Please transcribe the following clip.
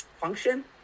function